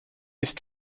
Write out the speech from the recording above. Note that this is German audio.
ist